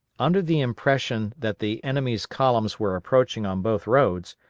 under the impression that the enemy's columns were approaching on both roads,